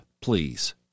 please